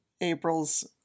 April's